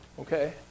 okay